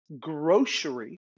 grocery